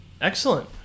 Excellent